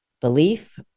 Belief